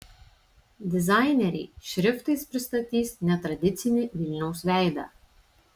dizaineriai šriftais pristatys netradicinį vilniaus veidą